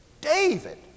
David